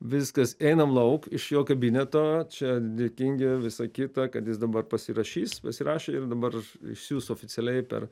viskas einam lauk iš jo kabineto čia dėkingi visa kita kad jis dabar pasirašys pasirašė ir dabar išsiųs oficialiai per